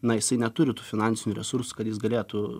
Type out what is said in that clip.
na jisai neturi tų finansinių resursų kad jis galėtų